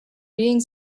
being